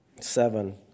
seven